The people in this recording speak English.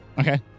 Okay